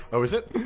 oh is it?